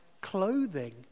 clothing